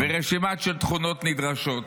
ורשימה של תכונות נדרשות.